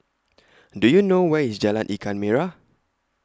Do YOU know Where IS Jalan Ikan Merah